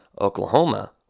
Oklahoma